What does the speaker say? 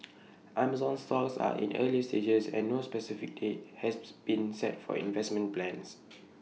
Amazon's talks are in earlier stages and no specific date has been set for investment plans